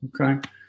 Okay